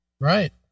right